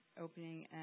opening